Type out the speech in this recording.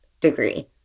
degree